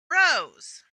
rose